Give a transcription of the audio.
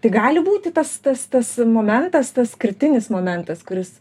tai gali būti tas tas tas momentas tas kritinis momentas kuris